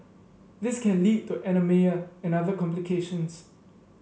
this can lead to anaemia and other complications